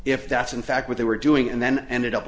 if that's in fact what they were doing and then ended up